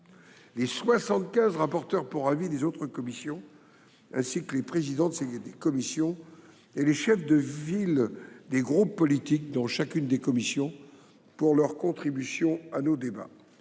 les 75 rapporteurs pour avis des autres commissions, ainsi que les présidents de ces dernières et les chefs de file des groupes politiques, pour leur contribution à nos débats.